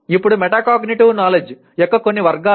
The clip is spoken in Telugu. ఇప్పుడు మెటాకాగ్నిటివ్ నాలెడ్జ్ యొక్క కొన్ని వర్గాలు